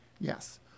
yes